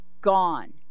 gone